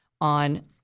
on